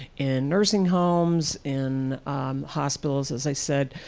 in nursing homes, in hospitals as i said,